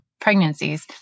pregnancies